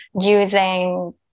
using